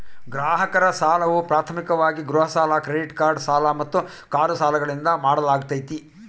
ಗ್ರಾಹಕರ ಸಾಲವು ಪ್ರಾಥಮಿಕವಾಗಿ ಗೃಹ ಸಾಲ ಕ್ರೆಡಿಟ್ ಕಾರ್ಡ್ ಸಾಲ ಮತ್ತು ಕಾರು ಸಾಲಗಳಿಂದ ಮಾಡಲಾಗ್ತೈತಿ